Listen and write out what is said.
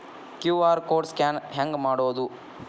QR code scan ಹೆಂಗ್ ಮಾಡೋದು?